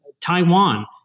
Taiwan